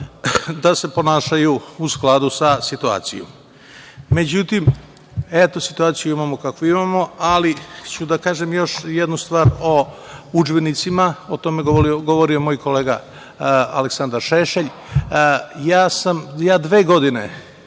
da se ponašaju u skladu sa situacijom.Međutim, eto, situaciju imamo kakvu imamo, ali ću da kažem još jednu stvar o udžbenicima, o tome je govorio moj kolega Aleksandar Šešelj. Ja dve godine